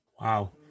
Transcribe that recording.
Wow